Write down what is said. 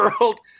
world